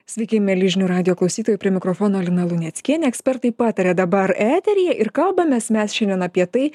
sveiki mieli žinių radijo klausytojai prie mikrofono lina luneckienė ekspertai pataria dabar eteryje ir kalbamės mes šiandien apie tai